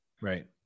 Right